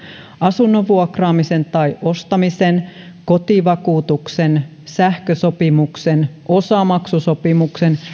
asunnon vuokraamisen tai ostamisen kotivakuutuksen sähkösopimuksen osamaksusopimuksen